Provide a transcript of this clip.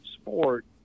sport